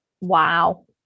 Wow